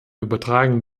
übertragen